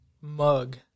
mug